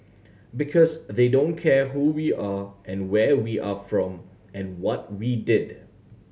because they don't care who we are and where we are from and what we did